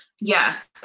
Yes